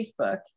Facebook